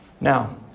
Now